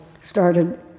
started